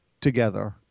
together